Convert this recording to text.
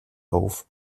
auf